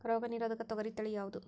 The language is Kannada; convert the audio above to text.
ರೋಗ ನಿರೋಧಕ ತೊಗರಿ ತಳಿ ಯಾವುದು?